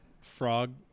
frog